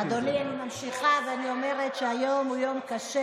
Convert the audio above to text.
אדוני, אני ממשיכה ואני אומרת שהיום הוא יום קשה.